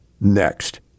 Next